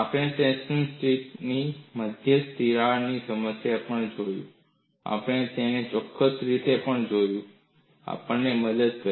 આપણે ટેન્શન સ્ટ્રીપમાં મધ્યસ્થ તિરાડની સમસ્યા તરફ જોયું છે અને આપણે તેને ચોક્કસ રીતે પણ જોયું છે આ આપણને મદદ કરી